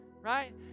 right